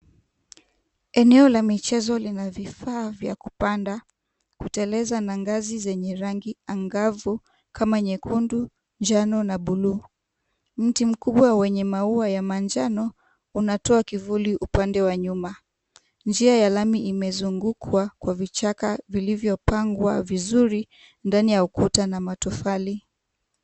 Eneo la michezo lina vifaa vya kupanda, kuteleza na ngazi zenye rangi angavu kama nyekundu, njano na buluu. Mti mkubwa wenye maua ya manjano, unatoa kivuli upande wa nyuma. Njia ya lami imezungukwa kwa vichaka vilivyo pangwa vizuri ndani ya ukuta na matofali.